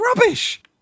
rubbish